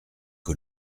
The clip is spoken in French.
que